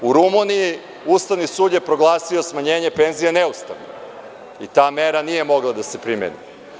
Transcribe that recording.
U Rumuniji Ustavni sud je proglasio smanjenje penzija neustavnom i ta mera nije mogla da se primeni.